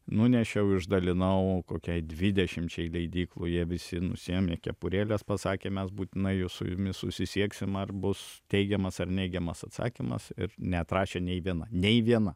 nunešiau išdalinau kokiai dvidešimčiai leidyklų jie visi nusiėmė kepurėles pasakė mes būtinai su jumis susisieksim ar bus teigiamas ar neigiamas atsakymas ir neatrašė nei viena nei viena